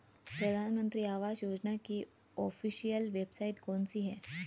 प्रधानमंत्री आवास योजना की official website कौन सी है?